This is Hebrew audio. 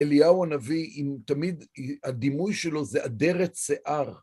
אליהו הנביא, תמיד הדימוי שלו זה אדרת שיער.